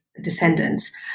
descendants